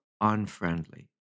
unfriendly